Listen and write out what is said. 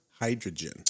Hydrogen